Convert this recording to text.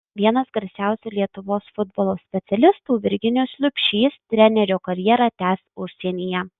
vienas garsiausių lietuvos futbolo specialistų virginijus liubšys trenerio karjerą tęs užsienyje